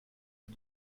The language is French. les